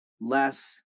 less